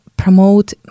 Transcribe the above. promote